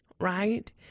right